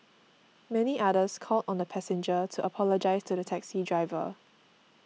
many others called on the passenger to apologise to the taxi driver